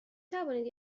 توانید